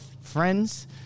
friends